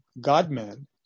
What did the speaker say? God-man